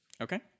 Okay